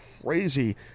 crazy